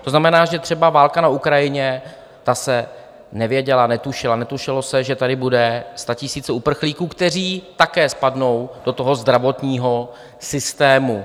To znamená, že třeba válka na Ukrajině, ta se nevěděla, netušila, netušilo se, že tady budou statisíce uprchlíků, kteří také spadnou do toho zdravotního systému.